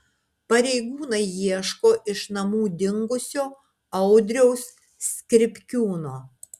pareigūnai ieško iš namų dingusio audriaus skripkiūno